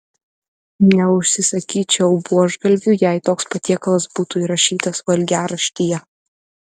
neužsisakyčiau buožgalvių jei toks patiekalas būtų įrašytas valgiaraštyje